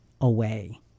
away